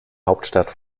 hauptstadt